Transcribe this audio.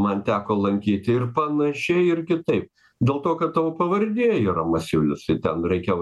man teko lankyti ir panašiai ir kitaip dėl to kad tavo pavardė yra masiulis tai ten reikia